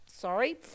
sorry